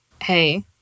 hey